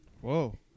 Whoa